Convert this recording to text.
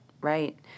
Right